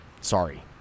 Sorry